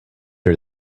her